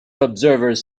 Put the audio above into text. observers